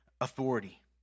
authority